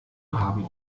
haben